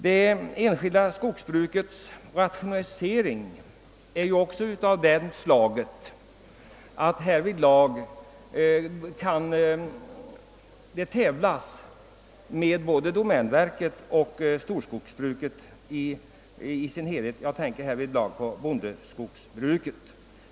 Det enskilda skogsbrukets rationalisering är också väl framme. Det kan i alla avsnitt tävla både med domänverket och storskogsbruket.